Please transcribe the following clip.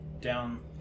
down